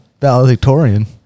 valedictorian